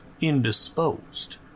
indisposed